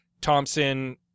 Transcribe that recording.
Thompson